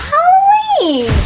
Halloween